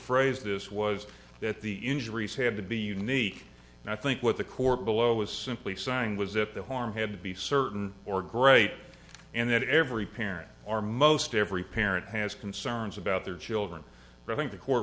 phrased this was that the injuries had to be unique and i think what the court below was simply saying was that the harm had to be certain or great and that every parent or most every parent has concerns about their children i think the court